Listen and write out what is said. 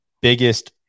biggest